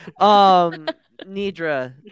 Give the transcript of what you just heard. Nidra